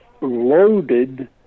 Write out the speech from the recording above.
loaded